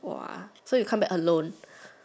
!wah! so you come back alone